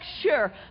sure